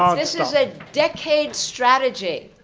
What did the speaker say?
um this is a decades strategy,